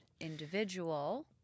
individual